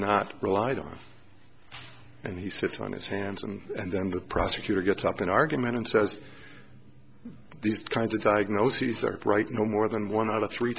not relied on and he sits on his hands and then the prosecutor gets up an argument and says these kinds of diagnoses are right no more than one out of three